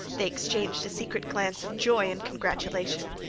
they exchanged a secret glance of joy and congratulation.